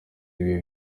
ibihe